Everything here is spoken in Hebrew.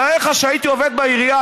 תאר לך שהייתי עובד בעירייה,